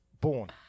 born